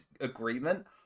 agreement